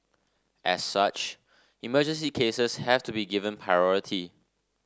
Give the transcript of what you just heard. as such emergency cases have to be given priority